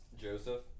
Joseph